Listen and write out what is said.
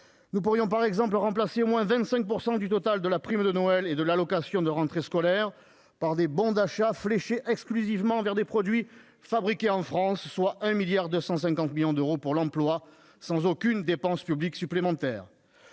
Nous pourrions, par exemple, remplacer au moins 25 % du total de la prime de Noël et de l'allocation de rentrée scolaire par des bons d'achat fléchés exclusivement vers des produits fabriqués en France, soit 1,25 milliard d'euros pour l'emploi, sans aucune dépense publique supplémentaire.